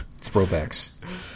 throwbacks